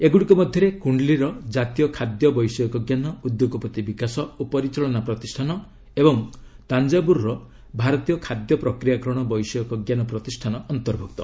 ଏଗୁଡ଼ିକ ମଧ୍ୟରେ କୁଣ୍ଡଲୀର ଜାତୀୟ ଖାଦ୍ୟ ବୈଷୟିକଜ୍ଞାନ ଉଦ୍ୟୋଗପତି ବିକାଶ ଓ ପରିଚାଳନା ପ୍ରତିଷ୍ଠାନ ଓ ତାଞ୍ଜାବୁର୍ ର ଭାରତୀୟ ଖାଦ୍ୟ ପ୍ରକ୍ରିୟାକରଣ ବୈଷୟିକଜ୍ଞାନ ପ୍ରତିଷ୍ଠାନ ଅନ୍ତର୍ଭୁକ୍ତ